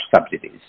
subsidies